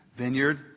vineyard